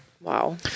Wow